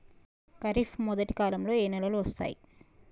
ఖరీఫ్ మొదటి కాలంలో ఏ నెలలు వస్తాయి?